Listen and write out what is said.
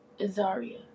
Azaria